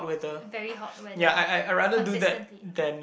very hot weather consistently right